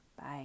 Bye